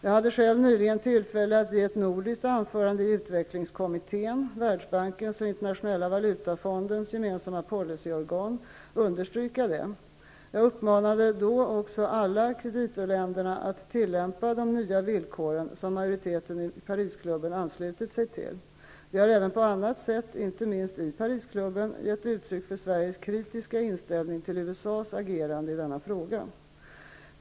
Jag hade själv nyligen tillfälle att i ett nordiskt anförande i utvecklingskommittén -- Världsbankens och Internationella valutafondens gemensamma policyorgan -- understryka detta. Jag uppmanade då också alla kreditorländer att tillämpa de nya villkor som majoriteten i Parisklubben anslutit sig till. Vi har även på annat sätt, inte minst i Parisklubben, gett uttryck för Sveriges kritiska inställning till USA:s agerande i denna fråga.